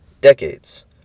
decades